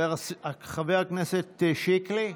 חבר הכנסת שיקלי,